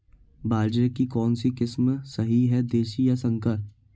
बाजरे की कौनसी किस्म सही हैं देशी या संकर?